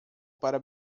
para